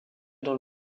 dans